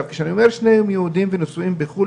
כשאני אומר ששניהם יהודים ונישאו בחו"ל,